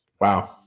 wow